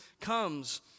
comes